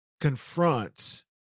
confronts